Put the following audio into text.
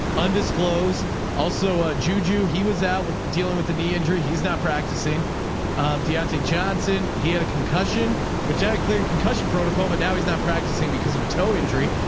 undisclosed also a juju. he was out with dealing with the knee injury. he's not practicing deontay johnson. he had a concussion which had clear concussion protocol, but now he's not practicing because of a toe injury.